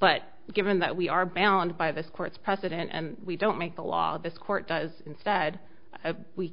but given that we are bound by this court's precedent and we don't make the law this court does instead